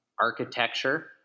architecture